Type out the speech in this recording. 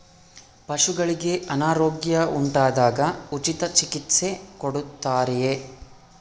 ಪಶುಗಳಿಗೆ ಅನಾರೋಗ್ಯ ಉಂಟಾದಾಗ ಉಚಿತ ಚಿಕಿತ್ಸೆ ಕೊಡುತ್ತಾರೆಯೇ?